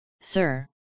sir